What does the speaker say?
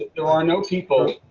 there are no people,